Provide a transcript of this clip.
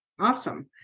Awesome